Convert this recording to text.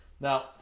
Now